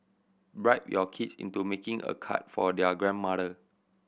bribe your kids into making a card for their grandmother